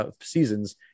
seasons